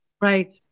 Right